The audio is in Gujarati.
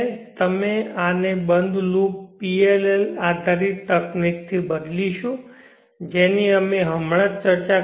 અમે આને બંધ લૂપ PLL આધારિત તકનીકથી બદલીશું જેની અમે હમણાં ચર્ચા કરી છે